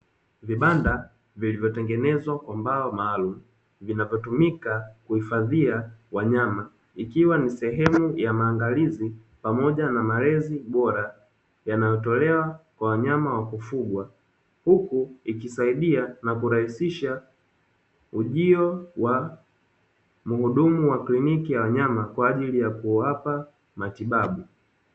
Vibanda vilivyotengenezwa kwa mbao maalumu, vinavyotumika kuhifadhia wanyama, ikiwa ni sehemu ya maangalizi pamoja na malezi bora yanayotolewa kwa wanyama wa kufugwa. Huku ikisaidia na kurahisisha ujio wa muhudumu wa kliniki ya wanyama kwa ajili ya kuwapa matibabu.